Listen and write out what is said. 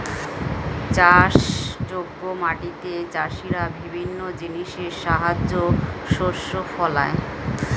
চাষযোগ্য মাটিতে চাষীরা বিভিন্ন জিনিসের সাহায্যে শস্য ফলায়